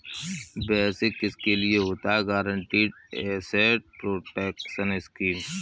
वैसे किसके लिए होता है गारंटीड एसेट प्रोटेक्शन स्कीम?